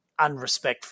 unrespectful